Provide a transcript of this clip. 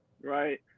right